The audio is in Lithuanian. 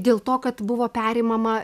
dėl to kad buvo perimama